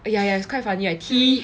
ya ya it's quite funny like T